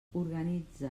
organitza